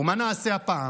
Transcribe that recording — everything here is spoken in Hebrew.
ומה נעשה הפעם?